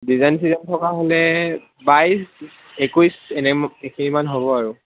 design চিজাইন থকা হ'লে বাইছ একৈছ এনে হ'ব আৰু